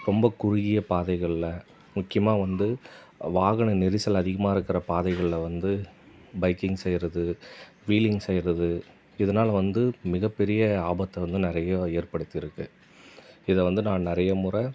ரொம்ப குறுகிய பாதைகளில் முக்கியமாக வந்து வாகன நெரிசல் அதிகமாக இருக்கிற பாதைகளை வந்து பைக்கிங் செய்வது வீலிங் செய்வது இதனால் வந்து மிகப்பெரிய ஆபத்து வந்து நிறையா ஏற்படுத்தியிருக்கு இதை வந்து நான் நிறைய முறை